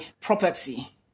property